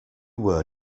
were